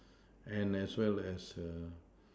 and as well as err